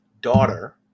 daughter